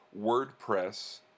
wordpress